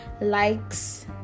likes